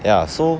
ya so